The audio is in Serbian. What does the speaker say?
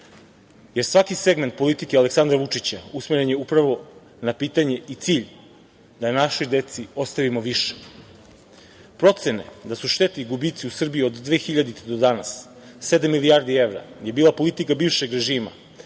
Jer, svaki segment politike Aleksandra Vučića usmeren je upravo na pitanje i cilj da našoj deci ostavimo više. Procene da su štete i gubici u Srbiji od 2000. godine do danas sedam milijardi evra je bila politika bivšeg režima,